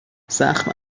زخم